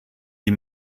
die